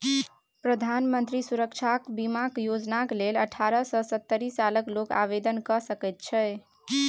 प्रधानमंत्री सुरक्षा बीमा योजनाक लेल अठारह सँ सत्तरि सालक लोक आवेदन कए सकैत छै